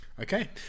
Okay